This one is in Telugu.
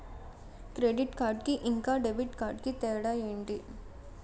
క్రెడిట్ కార్డ్ కి ఇంకా డెబిట్ కార్డ్ కి తేడా ఏంటి?